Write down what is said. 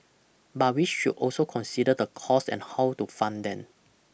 but we should also consider the costs and how to fund them